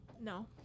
No